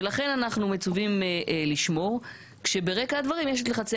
ולכן אנחנו מצווים לשמור כשברקע הדברים יש את לחצי